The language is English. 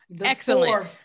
Excellent